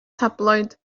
tabloid